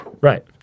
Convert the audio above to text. Right